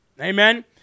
Amen